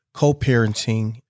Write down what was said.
co-parenting